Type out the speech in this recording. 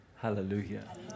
Hallelujah